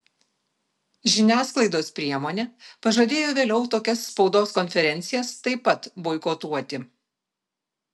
žiniasklaidos priemonė pažadėjo vėliau tokias spaudos konferencijas taip pat boikotuoti